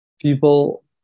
people